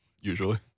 usually